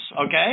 okay